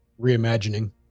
reimagining